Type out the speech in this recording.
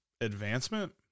advancement